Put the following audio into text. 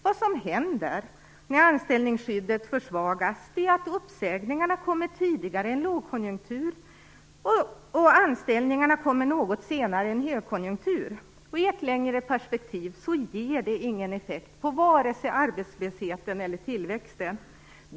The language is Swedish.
Vad som händer när anställningsskyddet försvagas är att uppsägningarna kommer tidigare i en lågkonjunktur och att anställningarna kommer något senare i en högkonjunktur. I ett längre perspektiv ger detta ingen effekt på vare sig arbetslösheten eller tillväxten.